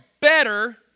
better